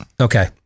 Okay